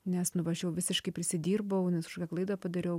nes nu va aš jau visiškai prisidirbau nes kažkokią klaidą padariau